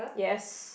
yes